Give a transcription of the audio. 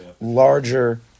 larger